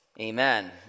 Amen